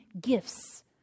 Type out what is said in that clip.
gifts